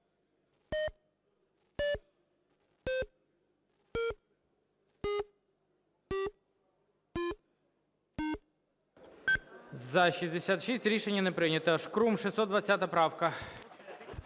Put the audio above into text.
За-66 Рішення не прийнято. Шкрум, 620 правка.